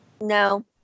No